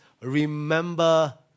remember